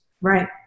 Right